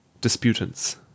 Disputants